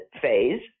phase